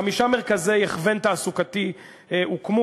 חמישה מרכזי הכוון תעסוקתי הוקמו.